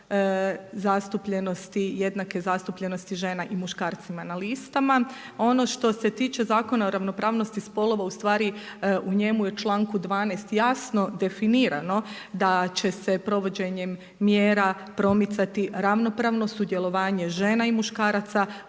jednake zastupljenosti žena i muškaraca na listama. Ono što se tiče Zakona o ravnopravnosti spolova u stvari u njemu je u članku 12. jasno definirano da će se provođenjem mjera promicati ravnopravno sudjelovanje žena i muškaraca